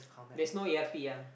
there's no e_r_p ah